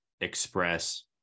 express